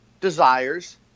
desires